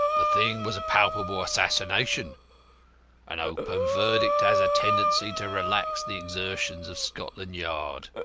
the thing was a palpable assassination an open verdict has a tendency to relax the exertions of scotland yard.